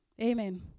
Amen